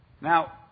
Now